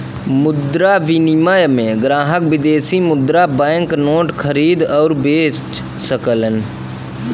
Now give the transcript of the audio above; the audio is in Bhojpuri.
मुद्रा विनिमय में ग्राहक विदेशी मुद्रा बैंक नोट खरीद आउर बे सकलन